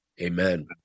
Amen